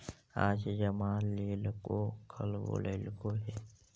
आज जमा लेलको कल बोलैलको हे?